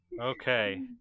Okay